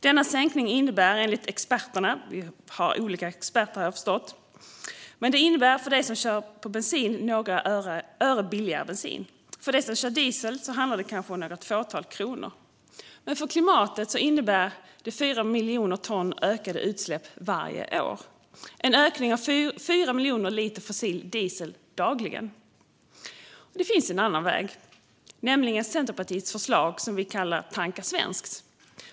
Denna sänkning innebär, enligt experterna, för dig som kör på bensin några ören billigare bensin. För dig som kör diesel handlar det kanske om ett fåtal kronor. Men för klimatet innebär det 4 miljoner ton ökade utsläpp varje år. Det är en ökning med 4 miljoner liter fossil diesel dagligen. Det finns en annan väg, nämligen Centerpartiets förslag Tanka svenskt!